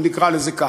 אם נקרא לזה כך,